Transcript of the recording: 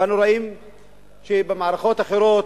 אנו רואים שבמערכות אחרות,